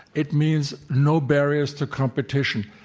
it means no barriers to competition.